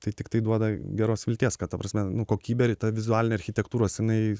tai tiktai duoda geros vilties kad ta prasme nu kokybė ir ta vizualinė architektūros jinai